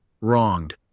wronged